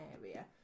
area